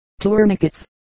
tourniquets